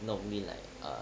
if not maybe like uh